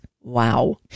Wow